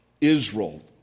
Israel